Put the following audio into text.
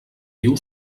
diu